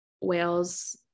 whales